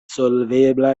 solvebla